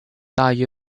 大约